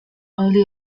early